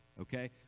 Okay